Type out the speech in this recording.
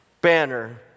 banner